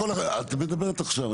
את מדברת עכשיו.